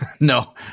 No